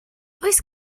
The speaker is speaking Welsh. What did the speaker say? oes